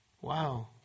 Wow